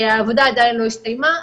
העבודה עדיין לא הסתיימה.